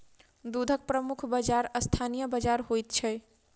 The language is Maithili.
दूधक प्रमुख बाजार स्थानीय बाजार होइत छै